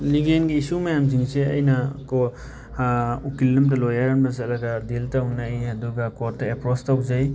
ꯂꯤꯒꯦꯜꯒꯤ issue ꯃꯌꯥꯝꯁꯤꯡꯁꯦ ꯑꯩꯅ ꯀꯣ ꯎꯀꯤꯜ ꯑꯃꯗ ꯂꯣꯌꯔ ꯑꯃꯗ ꯆꯠꯂꯒ ꯗꯤꯜ ꯇꯧꯅꯩ ꯑꯗꯨꯒ ꯀꯣꯠꯇ ꯑꯦꯄ꯭ꯔꯦꯁ ꯇꯧꯖꯩ